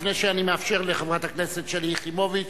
לפני שאני מאפשר לחברת הכנסת שלי יחימוביץ,